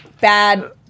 bad